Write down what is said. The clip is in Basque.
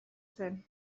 zen